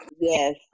Yes